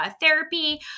therapy